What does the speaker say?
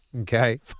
Okay